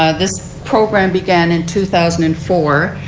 ah this program began in two thousand and four.